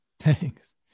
Thanks